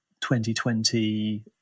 2020